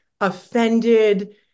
offended